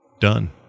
done